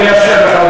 אני אאפשר לך,